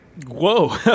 Whoa